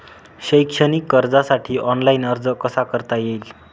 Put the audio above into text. शैक्षणिक कर्जासाठी ऑनलाईन अर्ज कसा करता येईल?